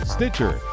Stitcher